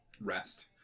rest